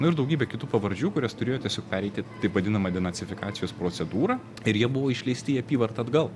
nu ir daugybė kitų pavardžių kurias turėjo tiesiog pereiti taip vadinamą denacifikacijos procedūrą ir jie buvo išleisti į apyvartą atgal